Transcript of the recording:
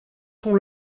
sont